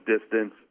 distance